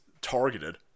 targeted